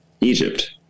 Egypt